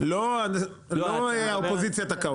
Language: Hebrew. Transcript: לא האופוזיציה היא זאת שתקעה אותה.